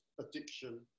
addiction